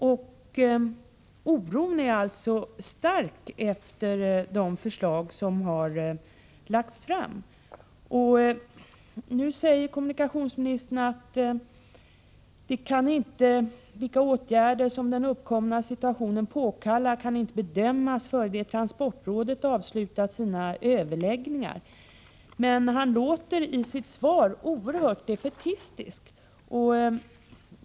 Oron är därför stor efter de förslag som har lagts fram. I svaret säger kommunikationsministern: ”Vilka åtgärder som den uppkomna situationen påkallar kan inte bedömas före det transportrådet avslutat sina överläggningar med bolaget.” Men statsrådet låter i sitt svar oerhört defaitistisk.